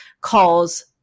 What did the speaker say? calls